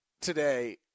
today